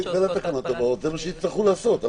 אז בתקנות הבאות זה מה שיצטרכו לעשות.